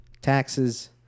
Taxes